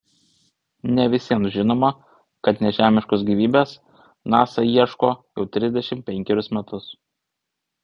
ne visiems žinoma kad nežemiškos gyvybės nasa ieško jau trisdešimt penkerius metus